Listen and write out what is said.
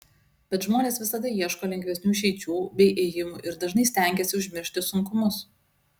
bet žmonės visada ieško lengvesnių išeičių bei ėjimų ir dažnai stengiasi užmiršti sunkumus